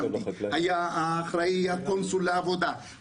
היה האחראי מטעם הקונסול לעבודה,